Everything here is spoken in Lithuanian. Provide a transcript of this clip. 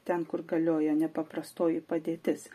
ten kur galioja nepaprastoji padėtis